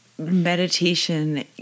meditation